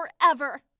forever